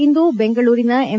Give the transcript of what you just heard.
ಇಂದು ಬೆಂಗಳೂರಿನ ಎಂ